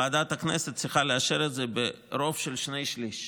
ועדת הכנסת צריכה לאשר את זה ברוב של שני-שלישים.